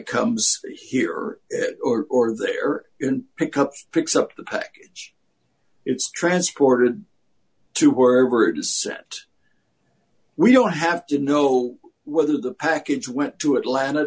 comes here or there pickups picks up the package it's transported to wherever it is so we don't have to mill whether the package went to atlanta